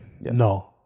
No